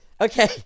Okay